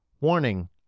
Warning